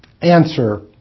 Answer